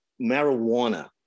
marijuana